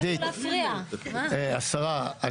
השרה,